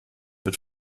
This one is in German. wird